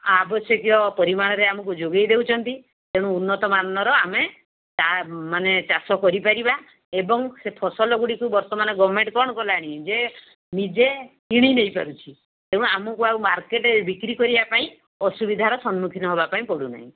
ଆବଶ୍ୟକୀୟ ପରିମାଣରେ ଆମକୁ ଯୋଗାଇ ଦେଉଛନ୍ତି ତେଣୁ ଉନ୍ନତ ମାନର ଆମେ ମାନେ ଚାଷ କରିପାରିବା ଏବଂ ସେ ଫସଲଗୁଡ଼ିକୁ ବର୍ତ୍ତମାନ ଗଭର୍ଣ୍ଣମେଣ୍ଟ୍ କ'ଣ କଲାଣି ଯେ ନିଜେ କିଣି ନେଇପାରୁଛି ତେଣୁ ଆମକୁ ଆଉ ମାର୍କେଟ ବିକ୍ରି କରିବା ପାଇଁ ଅସୁବିଧାର ସମ୍ମୁଖୀନ ହେବା ପାଇଁ ପଡ଼ୁନାହିଁ